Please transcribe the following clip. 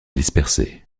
dispersées